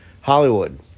Hollywood